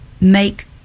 make